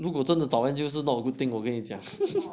如果真的早 end it's not a good thing 我跟你讲